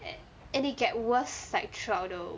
and and it get worse like throughout the